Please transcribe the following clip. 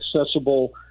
accessible